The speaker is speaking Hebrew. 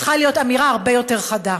צריכה להיות אמירה הרבה יותר חדה.